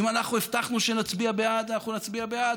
אם אנחנו הבטחנו שנצביע בעד אנחנו נצביע בעד,